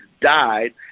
died